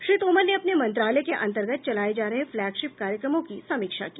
श्री तोमर ने अपने मंत्रालय के अंतर्गत चलाये जा रहे फ्लैगशिप कार्यक्रमों की समीक्षा की